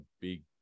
big